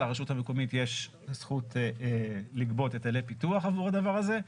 לרשות המקומית יש זכות לגבות היטלי פיתוח עבור הדבר הזה.